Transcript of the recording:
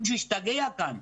מישהו השתגע כאן.